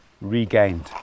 Regained